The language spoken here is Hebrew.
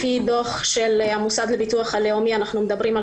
לפי דוח של המוסד לביטוח לאומי מדובר על